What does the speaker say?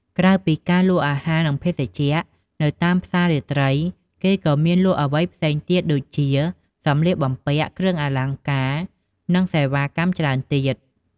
ក្រៅពីការលក់អាហារនិងភេសជ្ជៈនៅតាមផ្សាររាត្រី គេក៏មានលក់អ្វីផ្សេងទៀតដូចជាសម្លៀកបំពាក់ គ្រឿងអលង្ការ និងសេវាកម្មច្រើនទៀត។